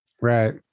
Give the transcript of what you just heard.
right